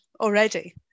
already